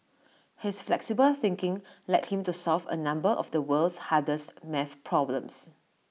his flexible thinking led him to solve A number of the world's hardest maths problems